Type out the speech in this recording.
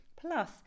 Plus